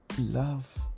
love